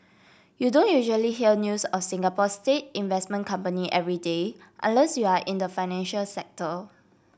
you don't usually hear news of Singapore's state investment company every day unless you're in the financial sector